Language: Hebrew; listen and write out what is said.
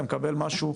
אתה מקבל משהו,